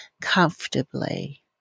comfortably